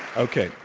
okay,